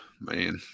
Man